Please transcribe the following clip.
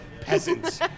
peasants